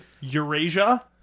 Eurasia